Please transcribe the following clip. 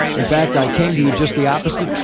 in fact, i came to you just the opposite,